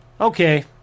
Okay